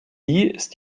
ist